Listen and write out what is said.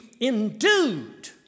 endued